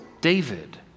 David